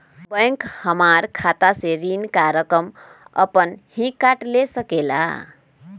Bank हमार खाता से ऋण का रकम अपन हीं काट ले सकेला?